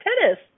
tennis